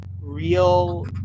real